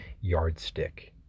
yardstick